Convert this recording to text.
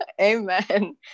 Amen